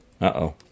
Uh-oh